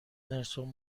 نلسون